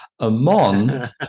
Amon